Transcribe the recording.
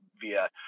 via